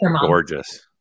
gorgeous